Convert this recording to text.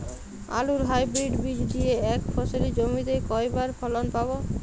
আলুর হাইব্রিড বীজ দিয়ে এক ফসলী জমিতে কয়বার ফলন পাব?